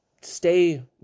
stay